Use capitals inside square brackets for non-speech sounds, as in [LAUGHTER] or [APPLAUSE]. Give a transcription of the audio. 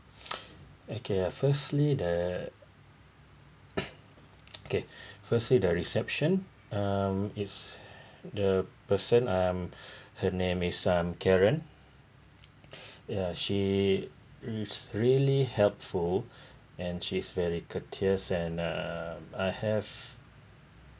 okay firstly the [COUGHS] okay firstly the reception um it's [BREATH] the person um [BREATH] her name is um karen [BREATH] ya she is really helpful [BREATH] and she's very courteous and uh I have